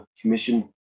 Commission